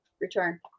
return